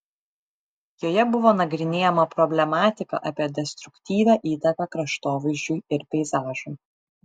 joje buvo nagrinėjama problematika apie destruktyvią įtaką kraštovaizdžiui ir peizažui